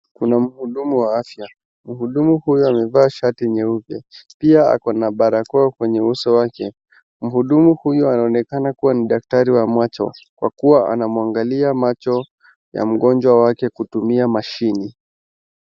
Kuna mhudumu wa afya. Mhudumu huyu amevaa shati nyeupe pia akona barakoa kwenye uso wake. Mhudumu huyu anaonekana kuwa daktari wa macho kwa kuwa anamwangalia macho ya mgonjwa wake kutumia mashini.